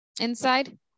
inside